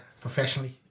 professionally